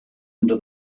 into